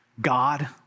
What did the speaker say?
God